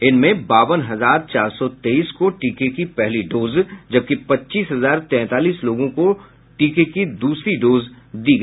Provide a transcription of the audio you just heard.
इनमें बावन हजार चार सौ तेईस को टीके का पहला डोज जबकि पच्चीस हजार तैंतालीस लोगों को टीके का दूसरा डोज दिया गया